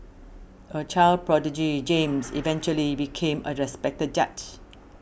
a child prodigy James eventually became a respected judge